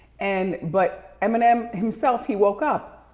and, but eminem himself, he woke up.